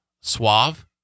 suave